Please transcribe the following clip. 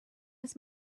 his